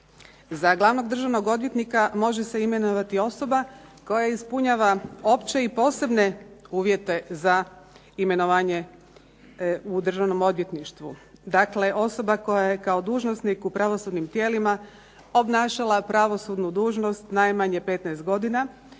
Za glavnog državnog odvjetnika može se imenovati osoba koja ispunjava opće i posebne uvjete za imenovanje u Državnom odvjetništvu, dakle osoba koja je kao dužnosnik u pravosudnim tijelima obnašala pravosudnu dužnost najmanje 15 godina